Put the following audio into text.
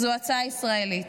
זו הצעה ישראלית.